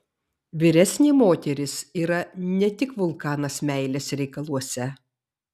vyresnė moteris yra ne tik vulkanas meilės reikaluose